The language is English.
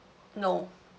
no